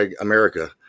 America